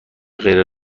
غیر